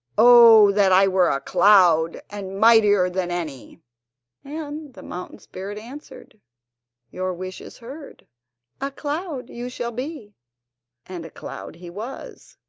oh, that i were a cloud, and mightier than any and the mountain spirit answered your wish is heard a cloud you shall be and a cloud he was,